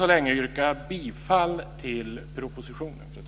Jag vill yrka bifall till propositionen.